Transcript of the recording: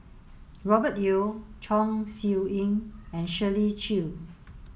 Robert Yeo Chong Siew Ying and Shirley Chew